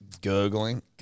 Gurgling